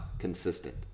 consistent